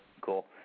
cool